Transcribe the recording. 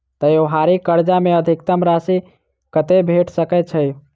त्योहारी कर्जा मे अधिकतम राशि कत्ते भेट सकय छई?